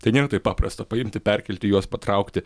tai nėra taip paprasta paimti perkelti juos patraukti